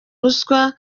ruswa